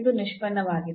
ಇದು ನಿಷ್ಪನ್ನವಾಗಿದೆ